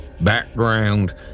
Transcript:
background